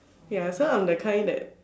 ya so I'm the kind that